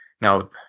Now